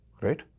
right